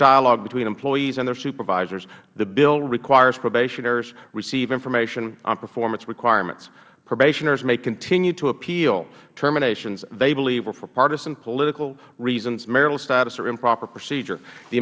dialogue between employees and their supervisors the bill requires probationers receive information on performance requirements probationers may continue to appeal terminations they believe were for partisan political reasons marital status or improper procedure the